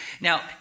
Now